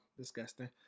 Disgusting